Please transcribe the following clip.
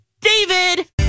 David